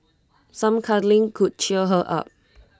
some cuddling could cheer her up